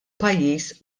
pajjiż